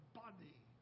body